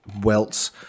welts